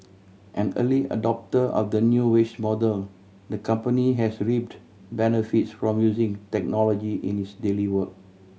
an early adopter of the new wage model the company has reaped benefits from using technology in its daily work